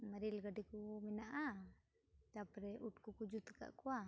rail ᱜᱟᱹᱰᱤ ᱠᱚ ᱢᱮᱱᱟᱜᱼᱟ ᱛᱟᱨᱯᱚᱨᱮ ᱩᱴ ᱠᱚᱠᱚ ᱡᱩᱛ ᱟᱠᱟᱫ ᱠᱚᱣᱟ